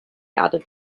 added